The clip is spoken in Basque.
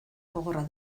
gogorra